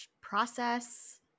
Process